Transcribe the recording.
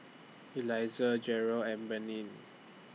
Eliezer Jerel and Breanne